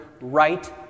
right